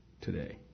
today